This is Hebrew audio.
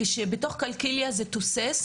כאשר בתוך קלקיליה זה תוסס,